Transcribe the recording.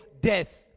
death